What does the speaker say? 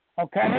Okay